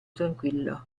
tranquillo